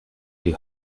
die